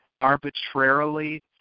arbitrarily